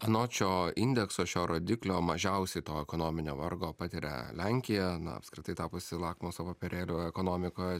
anot šio indekso šio rodiklio mažiausiai to ekonominio vargo patiria lenkija na apskritai tapusi lakmuso popierėliu ekonomikoj